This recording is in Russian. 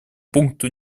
пункту